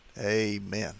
Amen